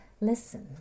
Listen